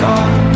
God